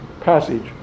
passage